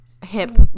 hip